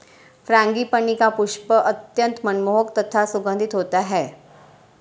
frangipani का पुष्प अत्यंत मनमोहक तथा सुगंधित होता है